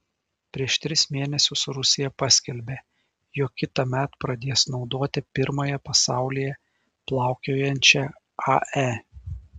prieš tris mėnesius rusija paskelbė jog kitąmet pradės naudoti pirmąją pasaulyje plaukiojančią ae